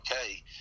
okay